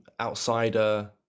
outsider